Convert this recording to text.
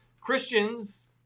Christians